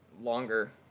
longer